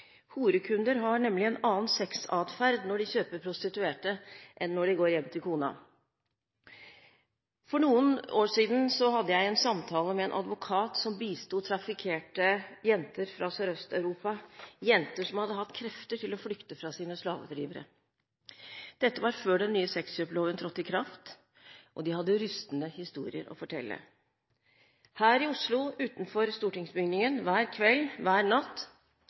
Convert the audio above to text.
Horekunder har nemlig en annen sexadferd når de kjøper prostituerte, enn når de går hjem til kona. For noen år siden hadde jeg en samtale med en advokat som bisto traffickerte jenter fra Sørøst-Europa – jenter som hadde hatt krefter til å flykte fra sine slavedrivere. Dette var før den nye sexkjøploven trådte i kraft. De hadde rystende historier å fortelle. Her i Oslo – utenfor stortingsbygningen, hver kveld, hver natt